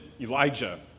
Elijah